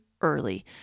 early